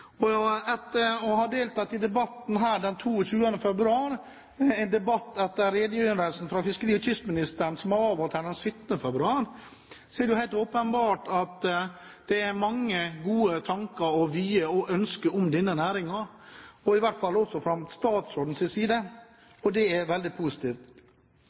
å forholde oss til. Etter debatten her den 22. februar, en debatt etter redegjørelsen fra fiskeri- og kystministeren avholdt her den 17. februar, er det jo helt åpenbart at det er mange gode tanker og vyer og ønsker om denne næringen, også fra statsrådens side, og